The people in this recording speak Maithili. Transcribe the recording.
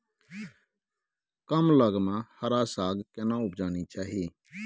कम लग में हरा साग केना उपजाना चाही?